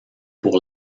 pour